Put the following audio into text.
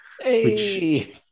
hey